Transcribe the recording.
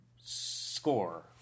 score